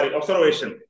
observation